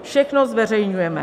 Všechno zveřejňujeme.